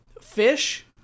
fish